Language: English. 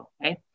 okay